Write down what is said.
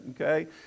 Okay